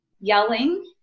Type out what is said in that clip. yelling